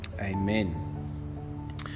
Amen